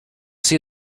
see